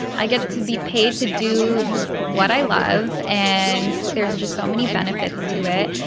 i get to be paid to do what i love. and there's just so many benefits to it.